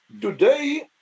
Today